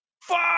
fuck